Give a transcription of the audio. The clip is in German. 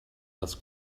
das